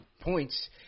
points